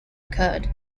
occurred